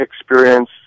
experience